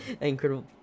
Incredible